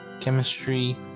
chemistry